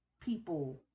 people